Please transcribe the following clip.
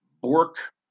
Bork